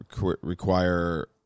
require